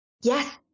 yes